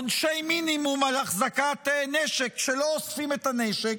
עונשי מינימום על החזקת נשק כשלא אוספים את הנשק,